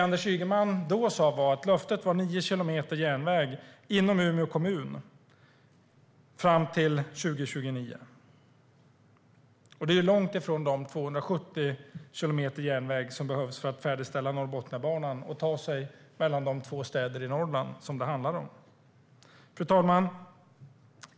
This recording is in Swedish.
Anders Ygeman svarade att löftet var 9 kilometer järnväg inom Umeå kommun fram till 2029. Det är långt ifrån de 270 kilometer järnväg som behövs för att färdigställa Norrbotniabanan och ta sig mellan de två städer i Norrland som det handlar om. Fru talman!